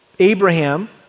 Abraham